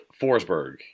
Forsberg